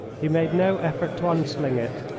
he made no effort to unsling it,